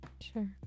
Sure